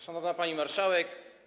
Szanowna Pani Marszałek!